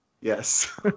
Yes